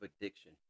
addiction